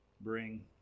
bring